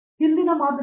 ಪ್ರತಾಪ್ ಹರಿಡೋಸ್ ಸರಿ